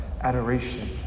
adoration